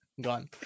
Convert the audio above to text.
gone